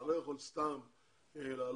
אתה לא יכול סתם להעלות,